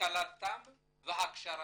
השכלתם והכשרתם.